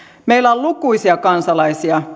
meillä on lukuisia kansalaisia joiden